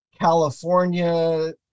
California